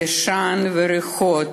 העשן וריחות